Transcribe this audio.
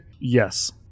yes